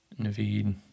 Naveed